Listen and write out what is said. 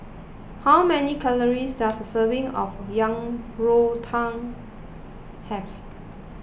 how many calories does a serving of Yang Rou Tang have